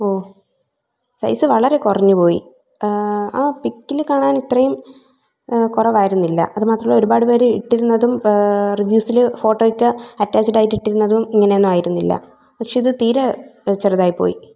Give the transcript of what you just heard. ഓ size വളരെ കുറഞ്ഞു പോയി ആ പിക്കില് കാണാൻ ഇത്രയും കുറവായിരുന്നില്ല അതുമാത്രമല്ല ഒരുപാട് പേര് ഇട്ടിരുന്നതും റിവ്യൂസിൽ ഫോട്ടോയൊക്കെ അറ്റാച്ച്ഡ് ആയിട്ട് ഇട്ടിരുന്നതും ഇങ്ങനെയൊന്നുമായിരുന്നില്ല പക്ഷേ ഇത് തീരെ ചെറുതായി പോയി